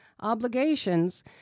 obligations